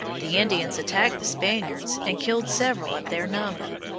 the indians attacked the spaniards and killed several of their number.